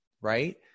right